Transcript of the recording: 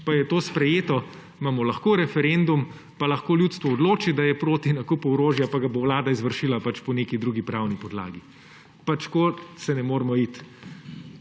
pa je to sprejeto, imamo lahko referendum pa lahko ljudstvo odloči, da je proti nakupu orožja; pa ga bo vlada izvršila po neki drugi pravni podlagi. Tako se ne moremo iti.